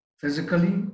physically